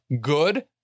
good